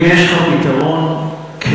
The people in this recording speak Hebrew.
אם יש לך פתרון קסם,